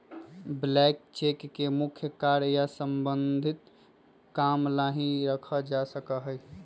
blank cheque के मुख्य कार्य या सम्बन्धित काम ला ही रखा जा सका हई